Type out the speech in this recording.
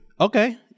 okay